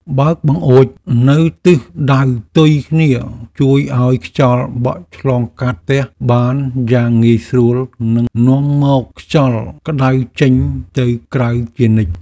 បើកបង្អួចឬទ្វារនៅទិសដៅផ្ទុយគ្នាជួយឱ្យខ្យល់បក់ឆ្លងកាត់ផ្ទះបានយ៉ាងងាយស្រួលនិងនាំយកខ្យល់ក្តៅចេញទៅក្រៅជានិច្ច។